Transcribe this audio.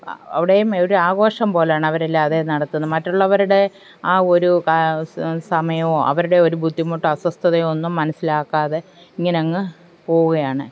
അവിടെയും ഒരാഘോഷം പോലെയാണ് അവരല്ലാതെ നടത്തുന്നത് മറ്റുള്ളവരുടെ ആ ഒരു കാ സമയമോ അവരുടെ ഒരു ബുദ്ധിമുട്ടോ അസ്വസ്ഥതയൊന്നും മനസ്സിലാക്കാതെ ഇങ്ങനങ്ങ് പോകുകയാണ്